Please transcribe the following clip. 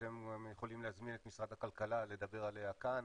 אתם גם יכולים להזמין את משרד הכלכלה ולדבר עליה כאן,